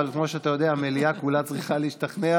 אבל כמו שאתה יודע המליאה כולה צריכה להשתכנע,